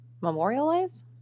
Memorialize